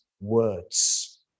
words